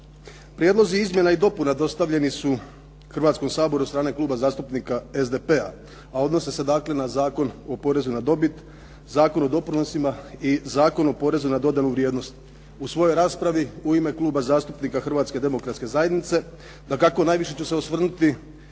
Prijedlozi izmjena i dopuna dostavljeni su Hrvatskom saboru od strane Kluba zastupnika SDP-a a odnose se dakle na Zakon o porezu na dobit, Zakon o doprinosima i Zakon o porezu na dodanu vrijednost. U svojoj raspravi u ime Kluba zastupnika Hrvatske Demokratske Zajednice dakako najviše ću se osvrnuti